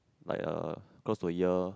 like uh close to a year